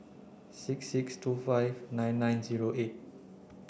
six six two five nine nine zero eight